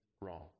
wrong